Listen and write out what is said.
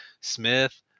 Smith